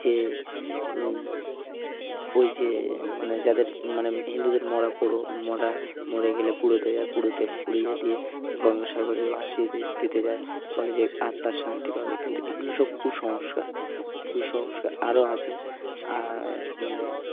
যে ওই যে মানে যাদের মানে হিন্দুদের মরা পোড়া মরা মরে গেলে পুড়তে যায় পুড়তে পুড়িয়ে দিয়ে গঙ্গাসাগরে ভাসিয়ে দিতে যায় বলে যে আত্মা শান্তি পাবে কিন্তু এগুলো সব কুসংস্কার কুসংস্কার আরো আছে মানে